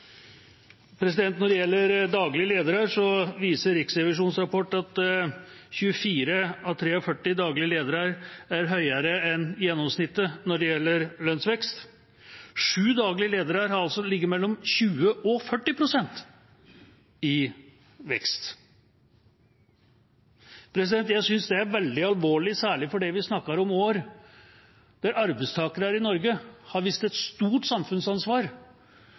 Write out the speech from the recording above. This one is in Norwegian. Når det gjelder daglig ledere, viser Riksrevisjonens rapport at 24 av 43 daglig ledere har større lønnsvekst enn gjennomsnittet. Sju daglig ledere har ligget mellom 20 og 40 pst. i vekst. Jeg synes det er veldig alvorlig, særlig fordi vi snakker om år da arbeidstakere i Norge har vist et stort samfunnsansvar